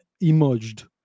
emerged